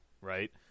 right